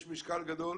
יש משקל גדול